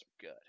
good